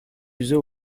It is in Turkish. yüze